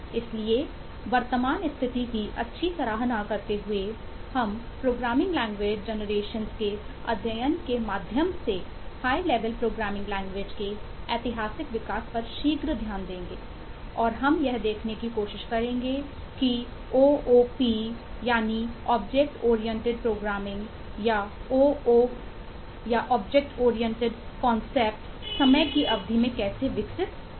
इसलिए वर्तमान स्थिति की अच्छी सराहना करते हुए हम प्रोग्रामिंग लैंग्वेज जनरेशन समय की इस अवधि में कैसे विकसित हुए